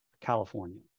California